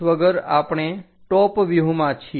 વગર આપણે ટોપ વ્યુહમાં છીએ